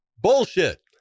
bullshit